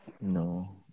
No